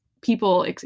people